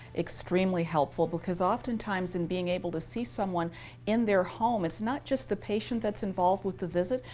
extremely helpful because, oftentimes, in being able to see someone in their home, it's not just the patient that's involved with the visit.